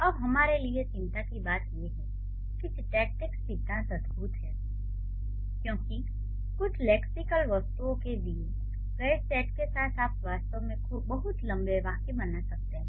अब हमारे लिए चिंता की बात यह है कि सिंटैक्टिक सिद्धांत अद्भुत हैं क्योंकि कुछ लेक्सिकल वस्तुओं के दिए गए सेट के साथ आप वास्तव में बहुत लंबे वाक्य बना सकते हैं